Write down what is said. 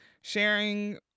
sharing